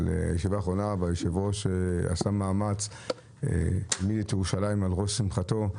אבל היושב-ראש עשה מאמץ --- את ירושלים על ראש שמחתו.